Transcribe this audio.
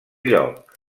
lloc